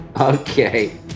Okay